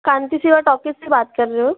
कान्ति Shiva talkies से बात कर रहे हो